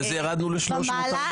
אחר כך ירדנו ל-400-300.